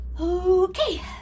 Okay